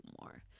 more